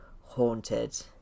haunted